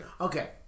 Okay